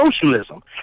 socialism